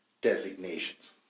designations